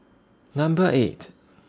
Number eight